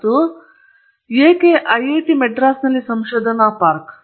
ಮತ್ತು ಏಕೆ ಐಐಟಿಎಂ ಸಂಶೋಧನಾ ಪಾರ್ಕ್